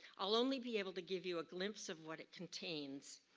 i'll only be able to give you a glimpse of what it contains,